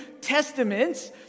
Testaments